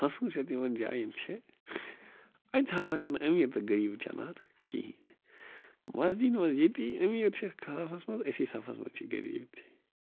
خصوٗصِیت یِمن جایِن چھِ اَتہِ ہسا چھُنہٕ أمیٖر تہٕ غریٖب چَلان کِہیٖنٛۍ مسجٕد منٛز ییٚتی أمیٖر چھِ خرفس منٛز أکۍسٕے صَفس منٛز چھِ غریٖب تہِ